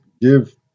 give